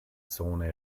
zone